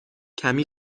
کمی